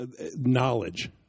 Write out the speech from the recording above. knowledge